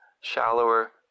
shallower